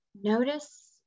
notice